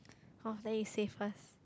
oh let you say first